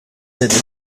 nedir